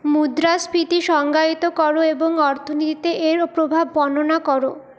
মুদ্রাস্ফীতি সংজ্ঞায়িত কর এবং অর্থনীতিতে এর প্রভাব বর্ণনা কর